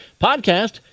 Podcast